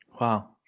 Wow